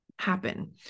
Happen